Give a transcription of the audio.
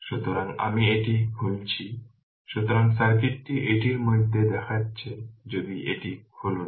সুতরাং আমি এটি খুলছি সুতরাং সার্কিটটি এটির মতো দেখাচ্ছে যদি এটি খুলুন